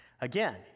Again